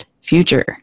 Future